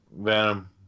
Venom